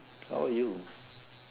how about you